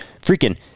Freaking